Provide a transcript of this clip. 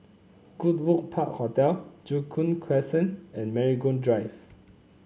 Goodwood Park Hotel Joo Koon Crescent and Marigold Drive